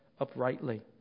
uprightly